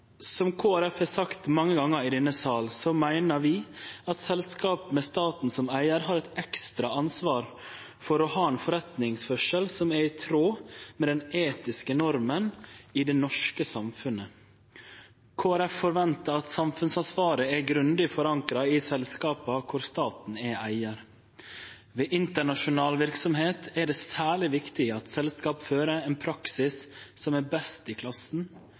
Som Kristeleg Folkeparti har sagt mange gonger i denne salen, meiner vi at selskap med staten som eigar har eit ekstra ansvar for å ha ein forretningsførsel som er i tråd med den etiske norma i det norske samfunnet. Kristeleg Folkeparti forventar at samfunnsansvaret er grundig forankra i selskapa der staten er eigar. Ved internasjonal verksemd er det særleg viktig at selskap fører ein praksis som er best i klassen,